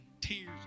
Tears